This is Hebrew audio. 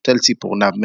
נוטל ציפורניו,